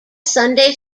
sunday